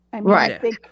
right